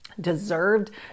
deserved